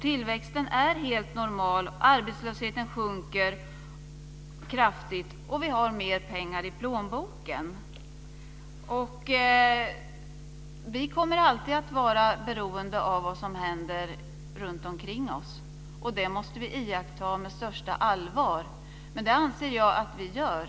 Tillväxten är helt normal, arbetslösheten sjunker kraftigt och vi har mer pengar i plånboken. Vi kommer alltid att vara beroende av vad som händer runtomkring oss, och det måste vi iaktta med största allvar. Men det anser jag att vi gör.